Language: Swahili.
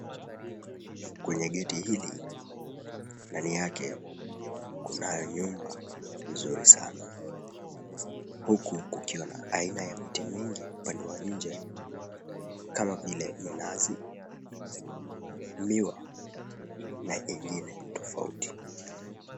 Kwenye geti hili ndani yake kunayo nyumba mzuri sana, huku kukiwa na aina ya miti mingi upande wa nje kama vile minazi, miwa ni na ingine tofauti.